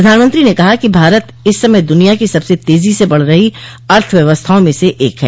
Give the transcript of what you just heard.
प्रधानमंत्री ने कहा कि भारत इस समय दुनिया की सबसे तेजी से बढ़ रही अर्थव्यवस्थाओं में से एक है